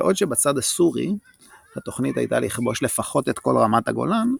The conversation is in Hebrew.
בעוד שבצד הסורי התוכנית הייתה לכבוש לפחות את כל רמת הגולן,